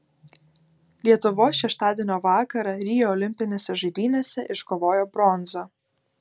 lietuvos šeštadienio vakarą rio olimpinėse žaidynėse iškovojo bronzą